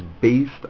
based